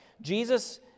Jesus